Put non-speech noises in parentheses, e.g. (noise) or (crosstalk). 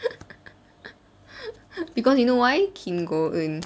(laughs) because you know kim go-eun